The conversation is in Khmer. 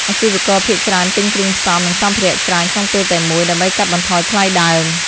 អាជីវករភាគច្រើនទិញគ្រឿងផ្សំ និងសម្ភារៈច្រើនក្នុងពេលតែមួយ ដើម្បីកាត់បន្ថយថ្លៃដើម។